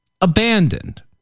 abandoned